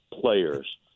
players